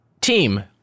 Team